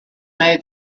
made